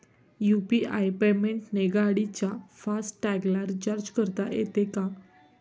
UPI पेमेंटने गाडीच्या फास्ट टॅगला रिर्चाज करता येते का?